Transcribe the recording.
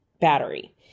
battery